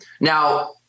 Now